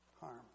Harm